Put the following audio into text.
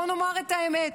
בואו נאמר את האמת: